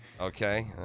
Okay